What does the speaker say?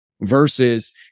Versus